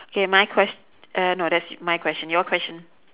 okay my ques~ uh no that's my question your question